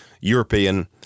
European